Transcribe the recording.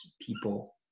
people